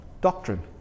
Doctrine